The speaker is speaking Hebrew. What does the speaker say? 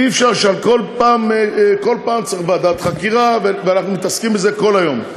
אי-אפשר שכל פעם צריך ועדת חקירה ואנחנו מתעסקים בזה כל היום.